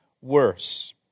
worse